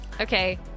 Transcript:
Okay